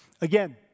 Again